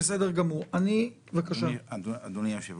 אדוני היושב-ראש,